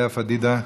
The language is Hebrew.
לאה פדידה,